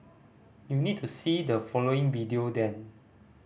you need to see the following video then